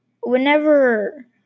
Whenever